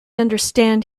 understand